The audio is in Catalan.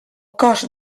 cost